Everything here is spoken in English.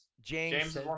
james